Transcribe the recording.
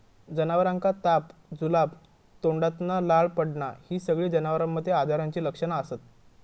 जनावरांका ताप, जुलाब, तोंडातना लाळ पडना हि सगळी जनावरांमध्ये आजाराची लक्षणा असत